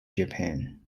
japan